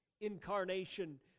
incarnation